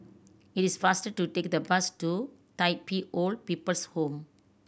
it is faster to take the bus to Tai Pei Old People's Home